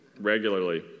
regularly